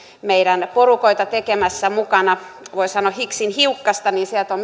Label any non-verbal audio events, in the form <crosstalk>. meidän porukoita mukana tekemässä voi sanoa higgsin hiukkasta niin siellä on <unintelligible>